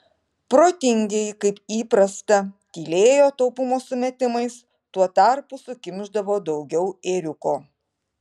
protingieji kaip įprasta tylėjo taupumo sumetimais tuo tarpu sukimšdavo daugiau ėriuko